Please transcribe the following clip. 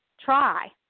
try